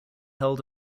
held